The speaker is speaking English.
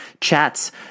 chats